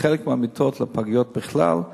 חלק מהמיטות לפגיות בכלל,